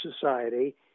Society